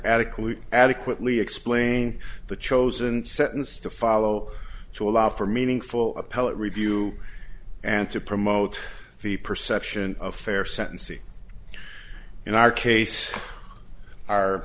adequately adequately explain the chosen sentence to follow to allow for meaningful appellate review and to promote the perception of fair sentencing in our case our